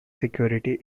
security